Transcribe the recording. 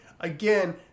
Again